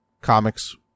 comics